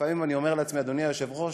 לפעמים אני אומר לעצמי, אדוני היושב-ראש: